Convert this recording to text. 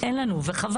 אין לנו וחבל,